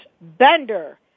Bender